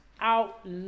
out